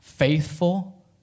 faithful